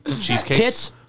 cheesecakes